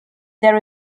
there